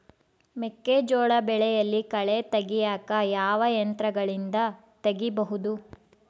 ಮೆಕ್ಕೆಜೋಳ ಬೆಳೆಯಲ್ಲಿ ಕಳೆ ತೆಗಿಯಾಕ ಯಾವ ಯಂತ್ರಗಳಿಂದ ತೆಗಿಬಹುದು?